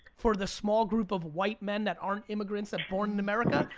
for the small group of white men that aren't immigrants and born in america,